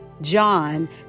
John